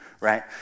right